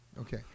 Okay